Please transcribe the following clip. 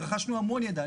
ורכשנו המון ידע.